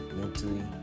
mentally